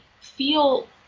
feel